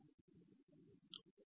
ഇതാണ്